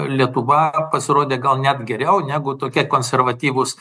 lietuva pasirodė gal net geriau negu tokie konservatyvūs